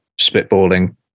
spitballing